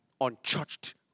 unchurched